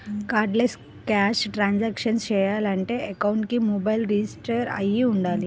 cardless cash transactions చెయ్యాలంటే అకౌంట్కి mobile register అయ్యి వుండాలి